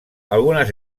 algunes